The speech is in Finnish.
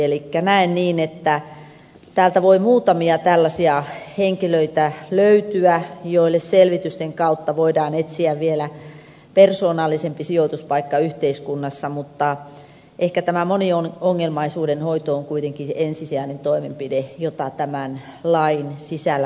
elikkä näen niin että täältä voi muutamia tällaisia henkilöitä löytyä joille selvitysten kautta voidaan etsiä vielä persoonallisempi sijoituspaikka yhteiskunnassa mutta ehkä tämä moniongelmaisuuden hoito on kuitenkin se ensisijainen toimenpide jota tämän lain sisällä tarkoitetaan